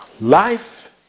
life